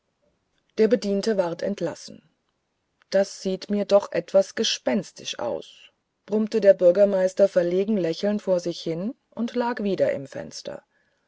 der bediente ward entlassen das sieht mir doch etwas gespenstisch aus brummte der bürgermeister verlegen lächelnd vor sich hin und lag wieder im fenster